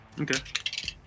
okay